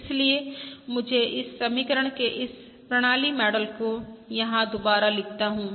इसलिए मुझे इस समीकरण के इस प्रणाली मॉडल को यहां दोबारा लिखता हूँ